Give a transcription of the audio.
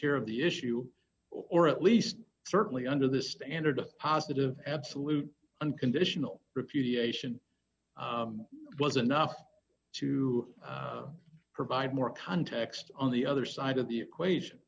care of the issue or at least certainly under this standard positive absolute unconditional repudiation was enough to provide more context on the other side of the equation